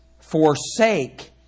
forsake